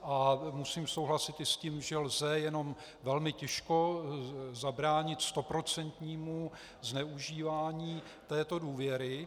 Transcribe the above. A musím souhlasit i s tím, že lze jenom velmi těžko zabránit stoprocentnímu zneužívání této důvěry.